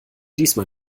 diesmal